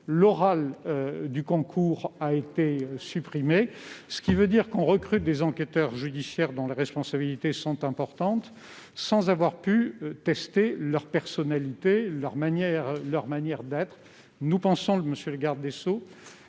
l'oral du concours a été supprimé, ce qui veut dire qu'on recrute des enquêteurs judiciaires, dont, je le rappelle, les responsabilités sont importantes, sans avoir pu tester leur personnalité, leur manière d'être. Monsieur le garde des sceaux,